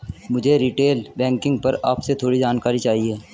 मुझे retail banking पर आपसे थोड़ी जानकारी चाहिए